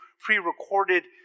pre-recorded